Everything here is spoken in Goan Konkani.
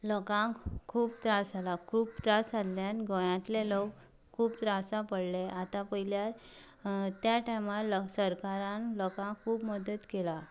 लोकांक खूब त्रास जालां खूब त्रास जाल्ल्यान गोंयांतलें लोक खूब त्रासां पडलें आतां पळयल्यार त्या टायमार सरकारान लोकांक खूब मदत केलां